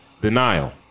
denial